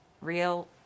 real